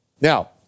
Now